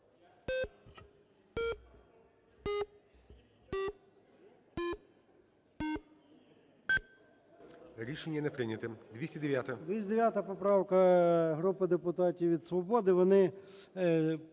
Рішення не прийнято. 209-а.